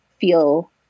feel